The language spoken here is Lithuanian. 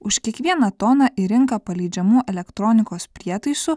už kiekvieną toną į rinką paleidžiamų elektronikos prietaisų